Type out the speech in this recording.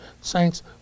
saints